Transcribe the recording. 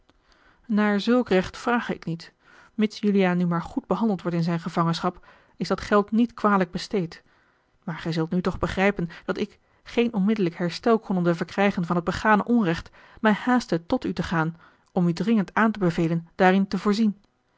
naar zulk recht vrage ik niet mits juliaan nu maar goed behandeld wordt in zijne gevangenschap is dat geld niet kwalijk besteedt maar gij zult nu toch begrijpen dat ik geen onmiddellijk herstel konnende verkrijgen van het begane onrecht mij haastte tot u te gaan om u dringend aan te bevelen daarin te voorzien